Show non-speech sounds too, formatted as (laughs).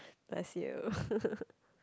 bless you (laughs)